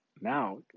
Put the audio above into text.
now